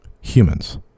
humans